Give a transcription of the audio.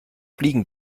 fliegen